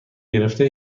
گرفته